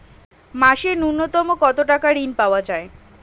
মাসে নূন্যতম কত টাকা ঋণ পাওয়া য়ায়?